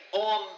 on